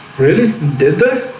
really dipper